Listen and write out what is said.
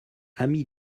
ami